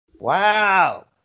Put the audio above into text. Wow